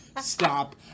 stop